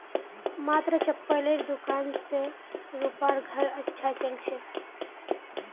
मात्र चप्पलेर दुकान स रूपार घर अच्छा चल छ